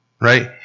right